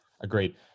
Agreed